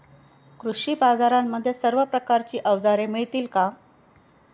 कृषी बाजारांमध्ये सर्व प्रकारची अवजारे मिळतील का?